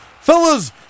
Fellas